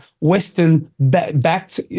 Western-backed